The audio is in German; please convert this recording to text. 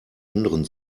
anderen